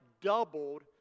doubled